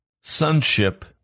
sonship